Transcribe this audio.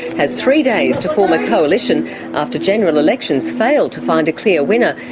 has three days to form a coalition after general elections failed to find a clear winner.